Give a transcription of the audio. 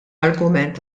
argument